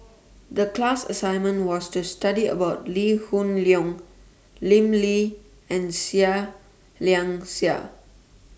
The class assignment was to study about Lee Hoon Leong Lim Lee and Seah Liang Seah